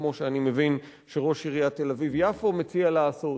כמו שאני מבין שראש עיריית תל-אביב יפו מציע לעשות.